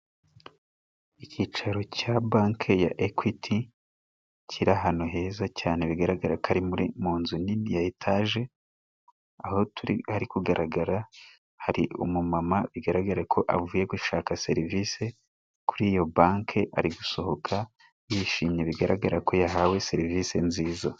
Icyicaro cya banki ya ekwiti kiri ahantu heza, cyane bigaragara ko ari mu nzu nini ya etage aho turi ari kugaragara hari umumama bigaragara ko avuye gushaka serivisi, kuri iyo banki ari gusohoka y'ishimye bigaragara ko yahawe serivisi nziza.